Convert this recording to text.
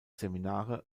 seminare